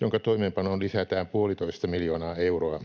jonka toimeenpanoon lisätään puolitoista miljoonaa euroa.